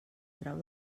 trau